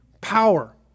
power